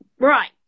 Right